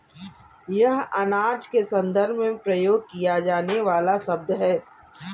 यह अनाज के संदर्भ में प्रयोग किया जाने वाला शब्द है